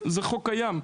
זה חוק קיים,